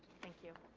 thank you.